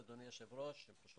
אשמח מאוד אדוני היושב ראש אם תתנו